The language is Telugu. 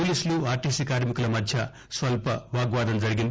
పోలీసులు ఆర్టీసీ కార్మికులమధ్య స్వల్ప వాగ్వాదం జరిగింది